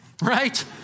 Right